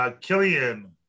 Killian